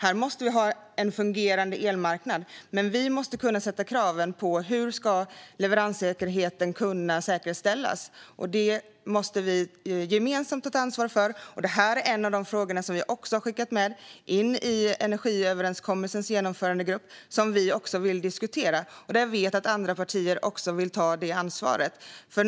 Här måste vi ha en fungerande elmarknad. Men vi måste kunna sätta kraven i fråga om hur leveranssäkerheten ska kunna säkerställas. Det måste vi gemensamt ta ett ansvar för. Detta är en av de frågor som vi har skickat med till energiöverenskommelsens genomförandegrupp och som vi vill diskutera. Jag vet att andra partier också vill ta det ansvaret.